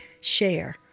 share